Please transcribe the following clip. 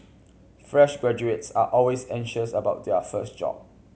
fresh graduates are always anxious about their first job